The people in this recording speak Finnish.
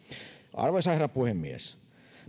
arvoisa herra puhemies